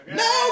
no